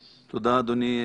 תודה, אדוני השר.